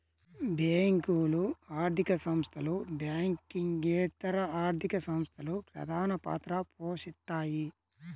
బ్యేంకులు, ఆర్థిక సంస్థలు, బ్యాంకింగేతర ఆర్థిక సంస్థలు ప్రధానపాత్ర పోషిత్తాయి